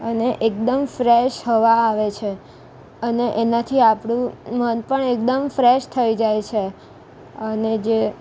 અને એકદમ ફ્રેશ હવા આવે છે અને એનાથી આપણું મન પણ એકદમ ફ્રેશ થઈ જાય છે અને જે